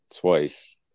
twice